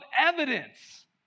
evidence